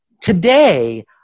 Today